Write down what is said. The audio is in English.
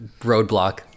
roadblock